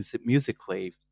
musically